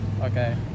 Okay